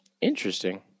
Interesting